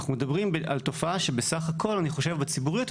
קודם כל, זו הזדמנות טובה.